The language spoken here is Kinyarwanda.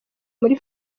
muri